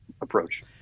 approach